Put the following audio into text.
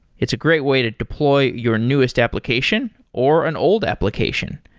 it's a great way to deploy your newest application, or an old application.